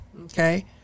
okay